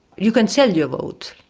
you can sell your vote.